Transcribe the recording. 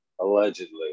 allegedly